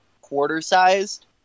quarter-sized